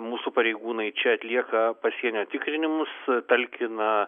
mūsų pareigūnai čia atlieka pasienio tikrinimus talkina